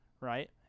right